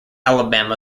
alabama